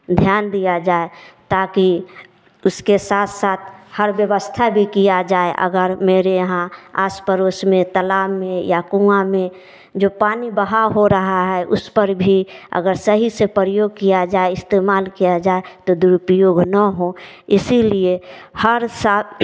ध्यान दिया जाए ताकि इसके साथ साथ हर व्यवस्था भी किया जाए अगर मेरे यहाँ आस पड़ोस में तालाब में या कुआँ में जो पानी बहाव हो रहा है उस पर भी अगर सही से प्रयोग किया जाए इस्तेमाल किया जाए तो दुरूपयोग न हो इसीलिए हर साल